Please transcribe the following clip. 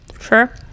sure